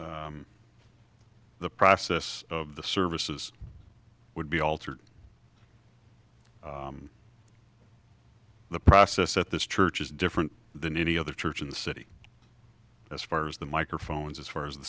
the process of the services would be altered the process at this church is different than any other church in the city as far as the microphones as far as the